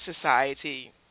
society